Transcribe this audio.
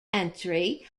entry